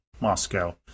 Moscow